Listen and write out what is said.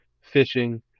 fishing